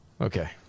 Okay